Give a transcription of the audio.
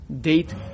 date